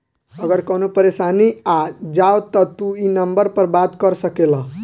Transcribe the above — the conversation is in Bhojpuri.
अगर कवनो परेशानी आ जाव त तू ई नम्बर पर बात कर सकेल